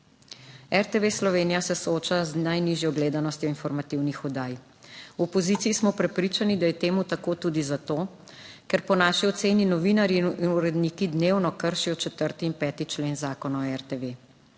RTV Slovenija se sooča z najnižjo gledanostjo informativnih oddaj. V opoziciji smo prepričani, da je to tako tudi zato, ker po naši oceni novinarji in uredniki dnevno kršijo 4. in 5. člen Zakona o RTV.